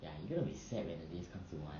ya you don't be sad when the days comes to one